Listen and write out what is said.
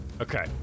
Okay